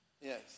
Yes